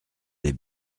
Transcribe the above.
les